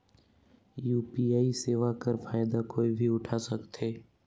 UPI सेवा कर फायदा कोई भी उठा सकथे?